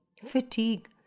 fatigue